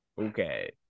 okay